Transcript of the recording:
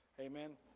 Amen